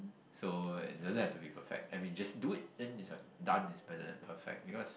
so it doesn't have to be perfect I mean just do it end is like done is better than perfect because